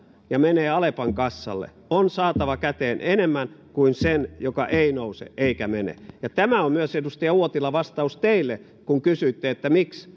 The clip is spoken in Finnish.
ja menee alepan kassalle on saatava käteen enemmän kuin sen joka ei nouse eikä mene tämä on myös edustaja uotila vastaus teille kun kysyitte että miksi